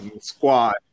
squad